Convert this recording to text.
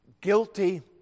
Guilty